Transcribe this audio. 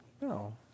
No